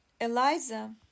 Eliza